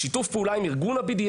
בשיתוף פעולה עם ארגון ה-BDS.